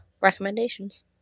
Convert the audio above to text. recommendations